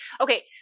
Okay